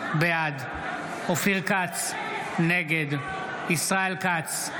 בעד אופיר כץ, נגד ישראל כץ,